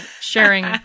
sharing